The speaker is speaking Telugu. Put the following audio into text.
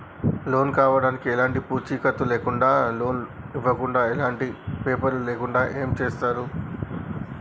లోన్ కావడానికి ఎలాంటి పూచీకత్తు లేకుండా లోన్ ఇవ్వడానికి ఎలాంటి పేపర్లు లేకుండా ఏం చేస్తారు?